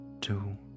two